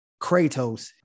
Kratos